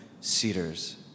cedars